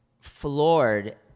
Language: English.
floored